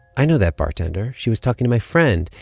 i know that bartender. she was talking to my friend.